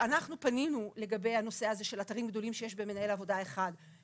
שאנחנו פנינו לגבי הנושא הזה של אתרים גדולים שיש בהם מנהל עבודה אחד,